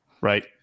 right